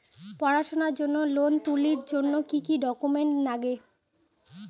পড়াশুনার জন্যে লোন তুলির জন্যে কি কি ডকুমেন্টস নাগে?